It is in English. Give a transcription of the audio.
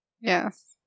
Yes